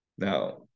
Now